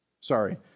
sorry